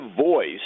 voice